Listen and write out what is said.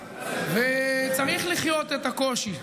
צריך לחיות את הקושי,